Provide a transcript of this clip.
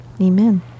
Amen